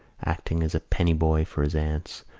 acting as a pennyboy for his aunts,